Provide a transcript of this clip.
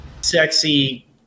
sexy